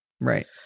Right